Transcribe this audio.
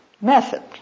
method